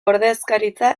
ordezkaritza